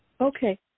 Okay